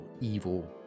evil